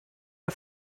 der